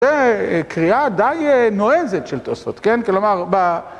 זה קריאה די נועזת של תוספות, כן? כלומר, ב...